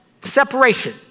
separation